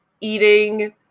eating